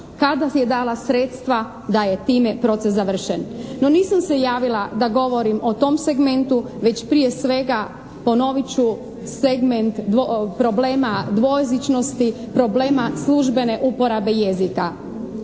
kada je dala sredstva da je time proces završen. No nisam se javila da govorim o tom segmentu već prije sveg ponovit ću segment problema dvojezičnosti, problema službene uporabe jezika.